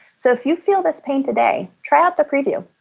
so if you feel this pain today, try out the preview.